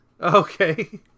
Okay